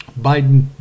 Biden